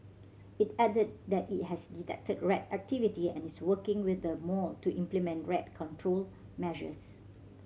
it added that it has detected rat activity and is working with the mall to implement rat control measures